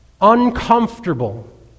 Uncomfortable